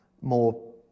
more